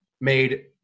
made –